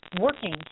working